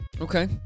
Okay